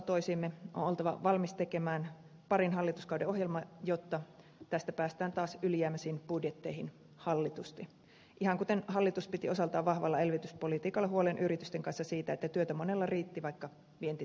on oltava valmis tekemään parin hallituskauden ohjelma jotta tästä päästään taas ylijäämäisiin budjetteihin hallitusti ihan kuten hallitus piti osaltaan vahvalla elvytyspolitiikalla huolen yritysten kanssa siitä että työtä monella riitti vaikka vienti tyssäsikin